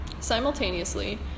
Simultaneously